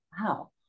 wow